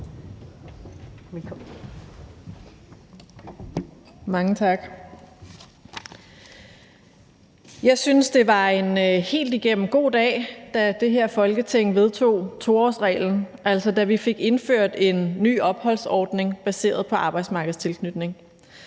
Mange tak. Jeg synes, det var en helt igennem god dag, da det her Folketing vedtog 2-årsreglen, så vi fik indført en ny opholdsordning baseret på arbejdsmarkedstilknytning.